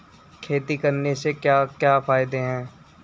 खेती करने से क्या क्या फायदे हैं?